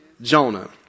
Jonah